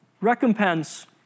recompense